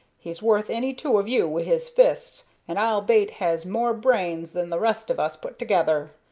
he's worth any two of you wi' his fists, and, i'll bate, has more brains than the rest of us put together.